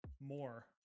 more